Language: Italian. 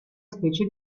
specie